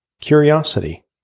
curiosity